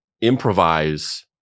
improvise